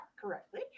correctly